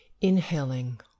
inhaling